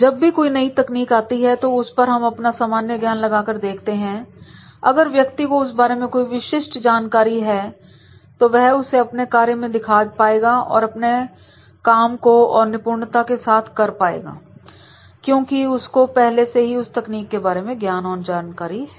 जब भी कोई नई तकनीक आती है तो उस पर हम अपना समान ज्ञान लगाकर देखते हैं अगर व्यक्ति को उसके बारे में कोई विशिष्ट जानकारी है तो वह उसे अपने कार्य में दिखा पाएगा और अपने काम को और निपुणता के साथ कर पाएगा क्योंकि उसको पहले से ही उस तकनीक के बारे में ज्ञान और जानकारी है